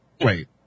wait